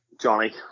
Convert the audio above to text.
Johnny